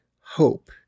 hope